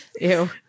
Ew